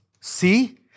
See